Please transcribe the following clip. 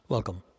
Welcome